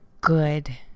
good